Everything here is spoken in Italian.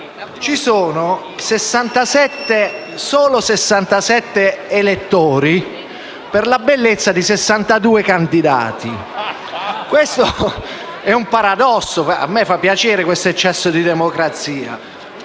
vi sono solo 67 elettori per la bellezza di 62 candidati. È un paradosso. Mi fa piacere un tale eccesso di democrazia,